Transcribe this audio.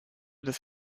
des